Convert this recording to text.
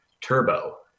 Turbo